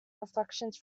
reflections